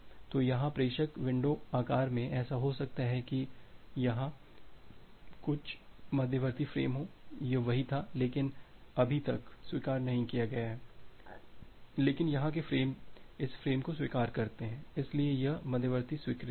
तो यहां प्रेषक विंडो आकार में ऐसा हो सकता है कि यहां कुछ मध्यवर्ती फ्रेम हों यह वही था लेकिन अभी तक स्वीकार नहीं किया गया है लेकिन यहां के फ्रेम इस फ्रेम को स्वीकार करते हैं इसलिए यह मध्यवर्ती स्वीकृति हैं